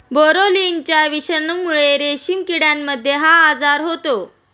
बोरोलिनाच्या विषाणूमुळे रेशीम किड्यांमध्ये हा आजार होतो